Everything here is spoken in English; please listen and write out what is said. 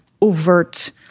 overt